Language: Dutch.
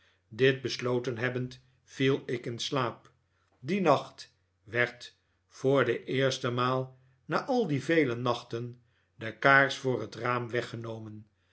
dit besloten hebbend viel ik in slaap dien nacht werd voor de eerste maal na al die vele nachten de kaars voor het raam weggenomen